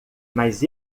mas